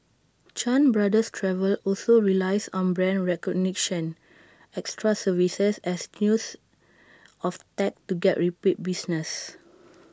chan brothers travel also relies on brand recognition extra services as use of tech to get repeat business